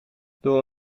door